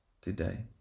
today